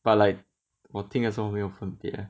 but like 我听的时候没有分别